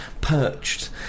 Perched